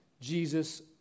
Jesus